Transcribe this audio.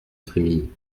frémilly